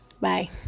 Bye